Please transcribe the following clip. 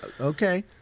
Okay